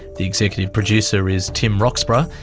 the executive producer is tim roxburgh.